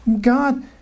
God